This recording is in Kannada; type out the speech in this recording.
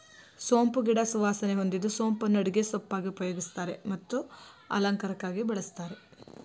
ಸೋಂಪು ಗಿಡ ಸುವಾಸನೆ ಹೊಂದಿದ್ದು ಸೋಂಪನ್ನು ಅಡುಗೆ ಸೊಪ್ಪಾಗಿ ಉಪಯೋಗಿಸ್ತಾರೆ ಹಾಗೂ ಅಲಂಕಾರಕ್ಕಾಗಿ ಬಳಸ್ತಾರೆ